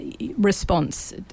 response